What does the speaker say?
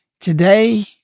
Today